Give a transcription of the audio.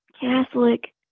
Catholic